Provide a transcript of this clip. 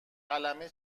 قلمه